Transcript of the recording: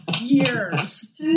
years